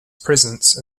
presence